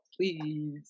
please